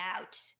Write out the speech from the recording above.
out